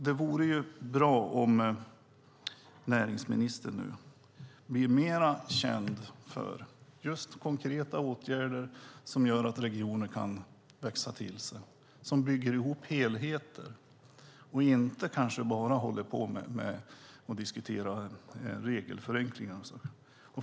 Det vore dock bra om näringsministern blir mer känd för konkreta åtgärder som gör att regionen kan växa till sig - åtgärder som bygger ihop helheter - och kanske inte bara diskuterar regelförenklingar.